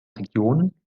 region